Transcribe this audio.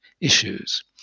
issues